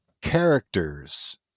characters